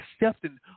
accepting